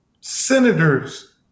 senators